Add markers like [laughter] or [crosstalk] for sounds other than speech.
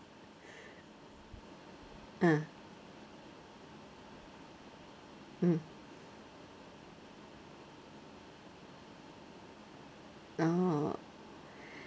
ah mm oh [breath]